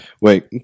Wait